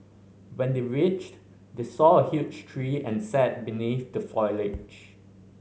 when they reached they saw a huge tree and sat beneath the foliage